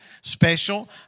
special